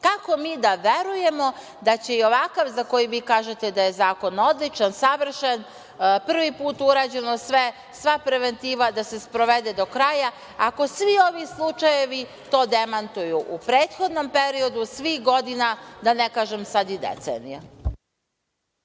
mi da verujemo da će i ovakav za koji vi kažete da je zakon odličan, savršen, prvi put urađeno sve, sva preventiva da se sprovede do kraja, ako svi ovi slučajevi to demantuju u prethodnom periodu, svih godina, da ne kažem sad i decenija?